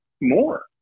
more